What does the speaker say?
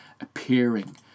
appearing